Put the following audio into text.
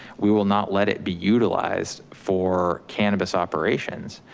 we will not let it be utilized for cannabis operations.